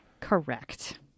correct